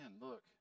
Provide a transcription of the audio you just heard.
look